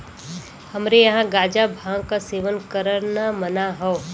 हमरे यहां गांजा भांग क सेवन करना मना हौ